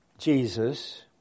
Jesus